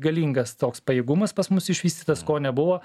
galingas toks pajėgumas pas mus išvystytas ko nebuvo